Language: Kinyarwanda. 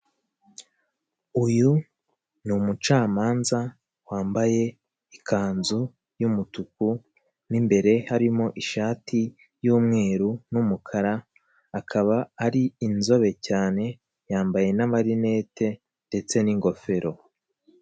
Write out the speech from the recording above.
Uyu ni umucamanza wambaye ikanzu y'umutuku, mo imbere harimo ishati y'umweru n'umukara, akaba ari inzobe cyane yambaye n'amarinete ndetse n'ingofero.